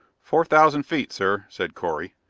four thousand feet, sir, said correy.